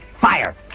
fire